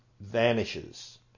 vanishes